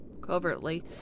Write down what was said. covertly